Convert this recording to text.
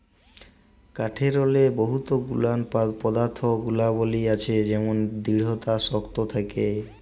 কাঠেরলে বহুত গুলান পদাথ্থ গুলাবলী আছে যেমল দিঢ়তা শক্ত থ্যাকে